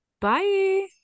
Bye